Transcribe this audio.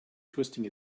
twisting